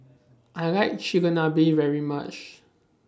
I like Chigenabe very much